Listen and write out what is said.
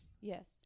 yes